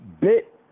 bit